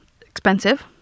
expensive